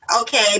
Okay